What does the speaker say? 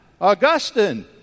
Augustine